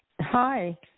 Hi